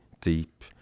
deep